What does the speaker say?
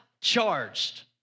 charged